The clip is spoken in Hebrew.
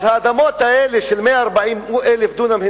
אז האדמות האלה של 140,000 דונם,